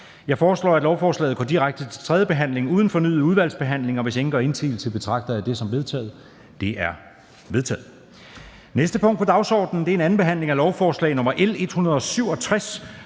Jeg foreslår, at lovforslaget går direkte til tredje behandling uden fornyet udvalgsbehandling. Hvis ingen gør indsigelse, betragter jeg dette som vedtaget. Det er vedtaget. --- Det næste punkt på dagsordenen er: 42) 2. behandling af lovforslag nr. L 167: